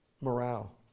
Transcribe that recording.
morale